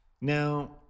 now